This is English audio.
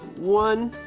one,